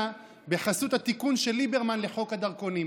בחסות התיקון של ליברמן לחוק הדרכונים.